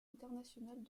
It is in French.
internationales